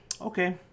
Okay